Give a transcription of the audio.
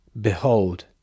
Behold